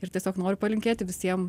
ir tiesiog noriu palinkėti visiem